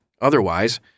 Otherwise